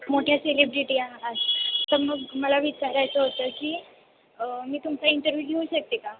मोठे सेलिब्रिटी आहात तर मग मला विचारायचं होतं की मी तुमचा इंटरव्ह्यू घेऊ शकते का